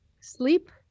sleep